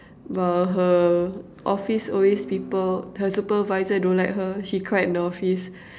while her office always people her supervisor don't like her she cried in the office